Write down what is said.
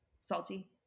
Salty